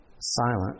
silent